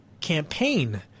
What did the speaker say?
campaign